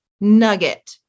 nugget